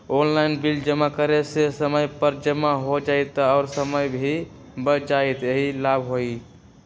Online bill जमा करे से समय पर जमा हो जतई और समय भी बच जाहई यही लाभ होहई?